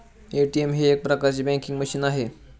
ATM हे एक प्रकारचे बँकिंग मशीन आहे